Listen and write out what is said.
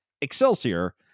Excelsior